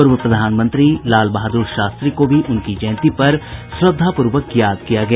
पूर्व प्रधानमंत्री लाल बहादुर शास्त्री को भी उनकी जयंती पर श्रद्धापूर्वक याद किया गया